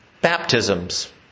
baptisms